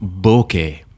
bokeh